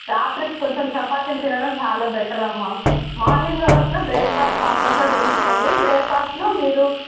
రాత్రి కొంచెం చపాతీలు తినడం చాలా బెటర్ అమ్మా మార్నింగ్ అవర్స్లో బ్రేక్ఫాస్ట్ కంపల్సరీ తీసుకోండి బ్రేక్ఫాస్ట్లో మీరు